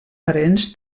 parents